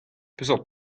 peseurt